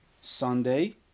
Sunday